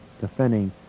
defending